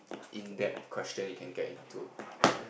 in depth question you can get into